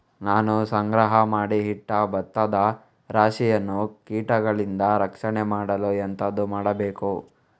ನಾನು ಸಂಗ್ರಹ ಮಾಡಿ ಇಟ್ಟ ಭತ್ತದ ರಾಶಿಯನ್ನು ಕೀಟಗಳಿಂದ ರಕ್ಷಣೆ ಮಾಡಲು ಎಂತದು ಮಾಡಬೇಕು?